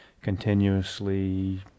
continuously